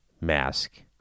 mask